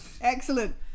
Excellent